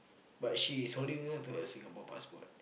but she is holding on to her Singapore passport